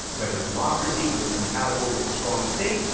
whether democracy was compatible with a strong state,